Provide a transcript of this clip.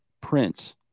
prince